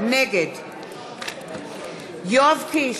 נגד יואב קיש,